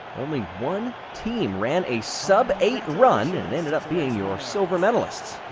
only one team ran a sub-eight run and ended up being your silver medalists.